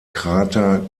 krater